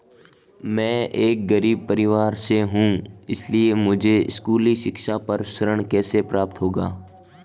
मैं एक गरीब परिवार से हूं इसलिए मुझे स्कूली शिक्षा पर ऋण कैसे प्राप्त होगा?